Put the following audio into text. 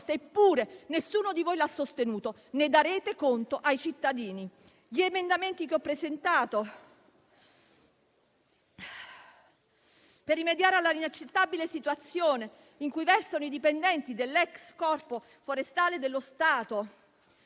eppure nessuno di voi lo ha sostenuto: ne darete conto ai cittadini. Ho presentato emendamenti per rimediare all'inaccettabile situazione in cui versano i dipendenti dell'ex Corpo forestale dello Stato,